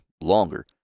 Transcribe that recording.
longer